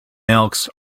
elks